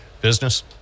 business